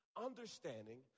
understanding